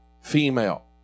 female